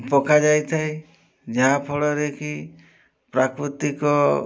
ପକାଯାଇଥାଏ ଯାହାଫଳରେ କି ପ୍ରାକୃତିକ